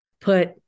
put